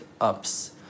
ups